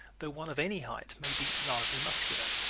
though one of any height may be largely muscular.